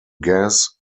gas